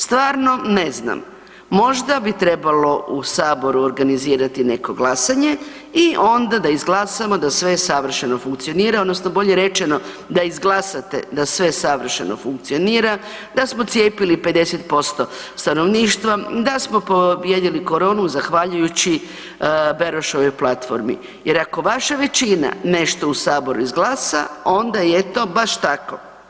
Stvarno ne znam, možda bi trebalo u saboru organizirati neko glasanje i onda da izglasamo da sve savršeno funkcionira odnosno bolje rečeno da izglasate da sve savršeno funkcionira, da smo cijepili 50% stanovništva, da smo pobijedili koronu zahvaljujući Beroševoj platformi jer ako vaša većina nešto u saboru izglasa onda je to baš tako.